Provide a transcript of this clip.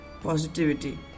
positivity